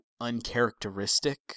uncharacteristic